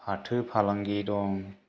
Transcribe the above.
फाथो फालांगि दं